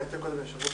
אבל אתן קודם ליושב-ראש